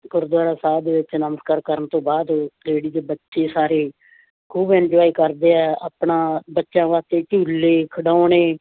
ਗੁਰਦੁਆਰਾ ਸਾਹਿਬ ਦੇ ਵਿੱਚ ਨਮਸਕਾਰ ਕਰਨ ਤੋਂ ਬਾਅਦ ਲੇਡੀਜ ਬੱਚੇ ਸਾਰੇ ਖੂਬ ਇੰਜੋਆਏ ਕਰਦੇ ਹੈ ਆਪਣਾ ਬੱਚਿਆਂ ਵਾਸਤੇ ਝੂਲੇ ਖਿਡੌਣੇ